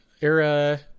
era